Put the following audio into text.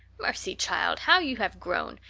mercy, child, how you have grown!